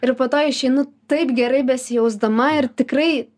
ir po to išeinu taip gerai besijausdama ir tikrai